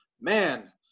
Man